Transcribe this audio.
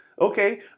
Okay